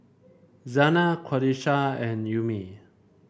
Zaynab Qalisha and Ummi